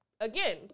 again